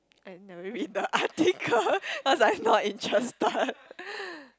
I never read the article cause I not interested